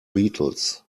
beatles